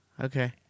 Okay